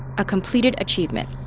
a completed achievement.